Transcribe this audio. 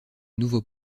nouveau